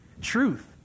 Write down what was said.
Truth